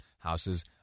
Houses